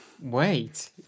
Wait